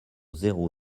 zéro